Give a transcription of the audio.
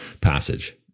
passage